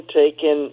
taken